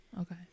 okay